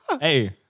Hey